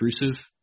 intrusive